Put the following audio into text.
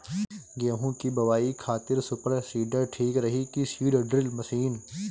गेहूँ की बोआई खातिर सुपर सीडर ठीक रही की सीड ड्रिल मशीन?